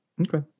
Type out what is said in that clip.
Okay